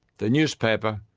the newspaper,